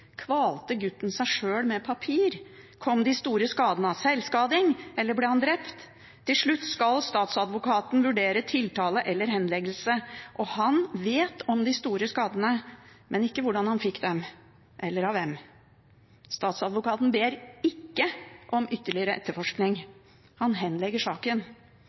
Kvalte gutten seg sjøl med papir? Kom de store skadene av sjølskading, eller ble han drept? Til slutt skulle Statsadvokaten vurdere tiltale eller henleggelse. Statsadvokaten visste om de store skadene, men ikke hvordan han fikk dem, eller av hvem. Statsadvokaten ba ikke om ytterligere etterforskning. Han henla saken.